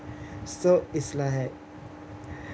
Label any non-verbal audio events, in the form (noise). so is like (breath)